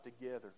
together